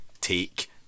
take